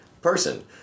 person